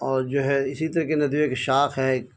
اور جو ہے اسی طریقے ندوے کی شاخ ہے ایک